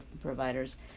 providers